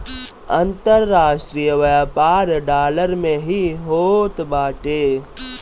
अन्तरराष्ट्रीय व्यापार डॉलर में ही होत बाटे